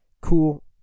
Cool